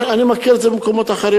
אני מכיר את זה ממקומות אחרים.